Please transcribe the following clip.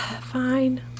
Fine